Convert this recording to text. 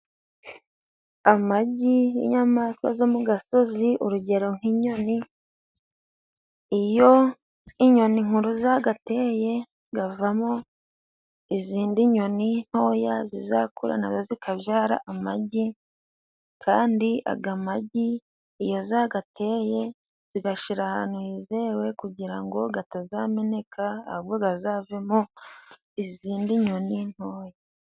Amagi y'inyamaswa zo mu gasozi, urugero nk'inyoni, iyo inyoni nkuru zagateye gavamo izindi nyoni ntoya, zizakura nazo zikabyara amagi. Kandi aga magi iyo zagateye, zigashira ahantu hizewe kugira ngo gatazameneka ,ahubwo gazavemo izindi nyoni ntoya.